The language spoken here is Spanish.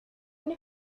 una